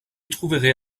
trouverait